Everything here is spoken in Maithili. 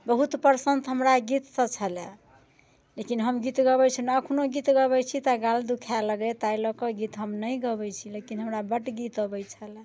बहुत पसन्द हमरा गीतसँ छलैया लेकिन हम गीत गबैत छलहुँ अखनो गीत गबैत छी तऽ गाल दुखाय लगैया ताहि लऽ के गीत हम नहि गबैत छी लेकिन हमरा बड गीत अबैत छलैया